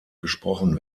gesprochen